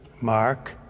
Mark